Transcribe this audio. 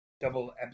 Double